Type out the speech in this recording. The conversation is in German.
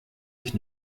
ich